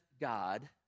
God